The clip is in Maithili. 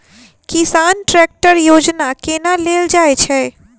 किसान ट्रैकटर योजना केना लेल जाय छै?